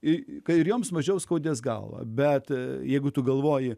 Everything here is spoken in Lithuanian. į ką ir joms mažiau skaudės galvą bet jeigu tu galvoji